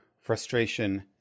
frustration